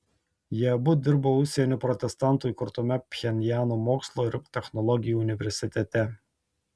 jie abu dirbo užsienio protestantų įkurtame pchenjano mokslo ir technologijų universitete